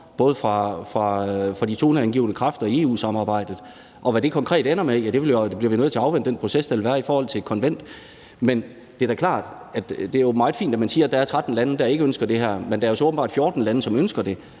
kommer fra de toneangivende kræfter i EU-samarbejdet, og med hensyn til hvad det konkret ender med, bliver vi nødt til at afvente den proces, der vil være i forhold til et konvent. Men det er jo meget fint, at man siger, at der er 13 lande, der ikke ønsker det her, men der er jo så åbenbart 14 lande, som ønsker det,